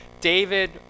David